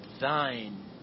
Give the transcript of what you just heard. Thine